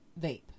vape